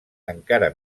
encara